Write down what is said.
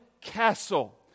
Castle